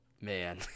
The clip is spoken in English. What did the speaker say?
Man